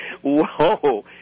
whoa